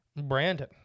Brandon